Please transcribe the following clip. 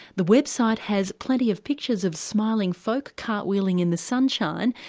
the website has plenty of pictures of smiling folk, cartwheeling in the sunshine,